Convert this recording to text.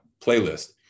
playlist